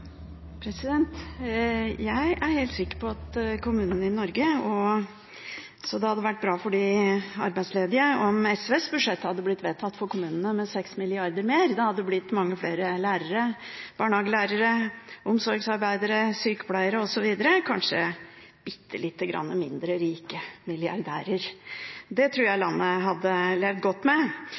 helt sikker på at det hadde vært bra for de arbeidsledige om SVs budsjett for kommunene hadde blitt vedtatt, med 6 mrd. kr mer, det hadde blitt mange flere lærere, barnehagelærere, omsorgsarbeidere, sykepleiere osv. og kanskje bitte lite grann mindre rike milliardærer, og det tror jeg landet hadde levd godt med.